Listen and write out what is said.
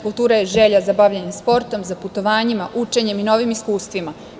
Kultura je želja za bavljenjem sportom, za putovanjima, učenjem i novim iskustvima.